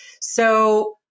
So-